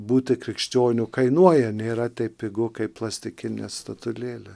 būti krikščioniu kainuoja nėra taip pigu kaip plastikinė statulėlė